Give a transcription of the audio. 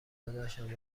داداشم